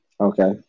Okay